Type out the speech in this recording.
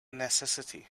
necessity